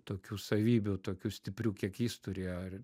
tokių savybių tokių stiprių kiek jis turėjo ar